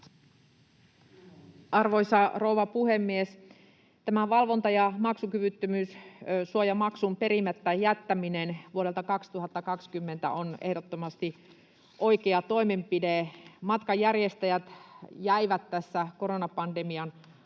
Arvoisa rouva puhemies! Tämä valvonta- ja maksukyvyttömyyssuojamaksun perimättä jättäminen vuodelta 2020 on ehdottomasti oikea toimenpide. Matkanjärjestäjät jäivät tässä koronapandemian alkuaikoina